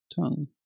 tongue